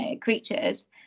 creatures